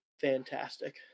fantastic